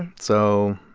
and so,